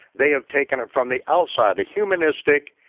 they have taken it from the outside a humanistic,